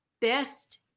best